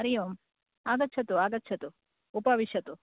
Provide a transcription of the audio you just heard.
हरि ओम् आगच्छतु आगच्छतु उपविशतु